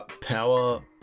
Power